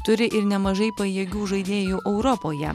turi ir nemažai pajėgių žaidėjų europoje